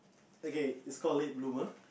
okay it's called late bloomer